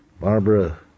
Barbara